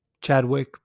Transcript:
Chadwick